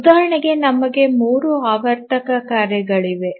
ಉದಾಹರಣೆಗೆ ನಮಗೆ 3 ಆವರ್ತಕ ಕಾರ್ಯಗಳಿವೆ